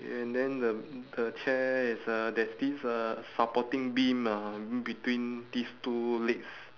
and then the the chair is a there's this uh supporting beam ah between these two legs